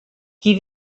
qui